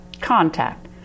contact